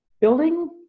building